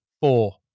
four